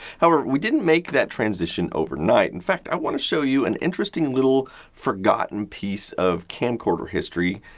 however, we didn't make that transition overnight. in fact, i want show you an interesting little forgotten piece of camcorder history.